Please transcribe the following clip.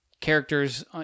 characters